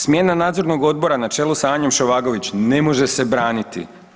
Smjena nadzornog odbora na čelu sa Anjom Šovagović ne može se braniti.